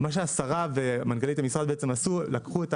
מה שהשרה ומנכ"לית המשרד בעצם עשו לקחו את